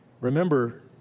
Remember